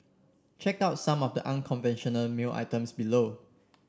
check out some of the unconventional mail items below